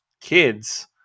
kids